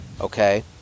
Okay